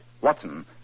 Watson